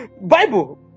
Bible